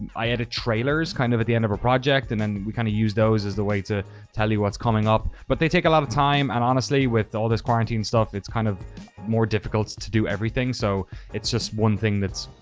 i edit trailers kind of at the end of a project and then we kind of use those as the way to tell you what's coming up. but they take a lot of time and honestly with all this quarantine stuff, it's kind of more difficult to do everything. so it's just one thing that's,